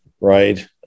right